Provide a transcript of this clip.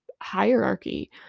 hierarchy